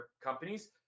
companies